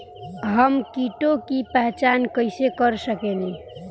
हम कीटों की पहचान कईसे कर सकेनी?